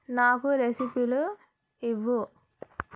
నాకు రెసిపీలు ఇవ్వు